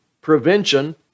prevention